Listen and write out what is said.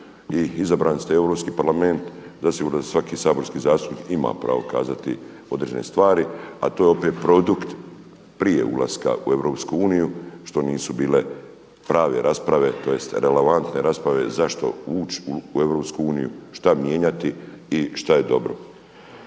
i izabrani ste u Europski parlament da svaki saborski zastupnik ima pravo kazati određene stvari a to je opet produkt prije ulaska u Europsku uniju što nisu bile prave rasprave tj. relevantne rasprave zašto ući u Europsku uniju, šta mijenjati i šta je dobro.